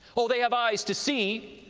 oh, they have eyes to see,